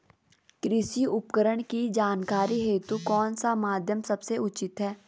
कृषि उपकरण की जानकारी हेतु कौन सा माध्यम सबसे उचित है?